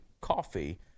coffee